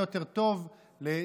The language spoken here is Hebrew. בעד,